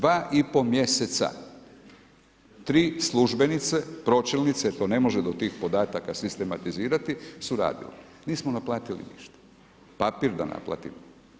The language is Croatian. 2,5 mjeseca, 3 službenice, pročelnice je to ne može do tih podataka sistematizirati su radile, nismo naplatili ništa. papir da naplatimo?